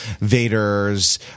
Vader's